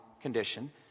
condition